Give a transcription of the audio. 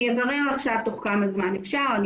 אני אברר עכשיו תוך כמה זמן אפשר.